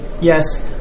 yes